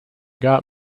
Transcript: got